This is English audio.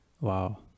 Wow